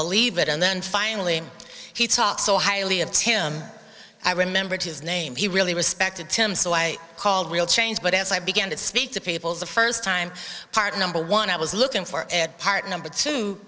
believe it and then finally he talked so highly of him i remembered his name he really respected him so i called real change but as i began to speak to people as a first time part number one i was looking for part number two